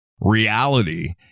reality